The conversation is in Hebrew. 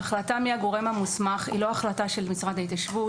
ההחלטה על הגורם המוסמך היא לא החלטה של משרד ההתיישבות